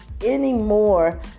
anymore